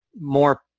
more